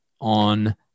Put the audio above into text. on